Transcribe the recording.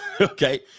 Okay